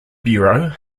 bureau